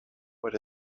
what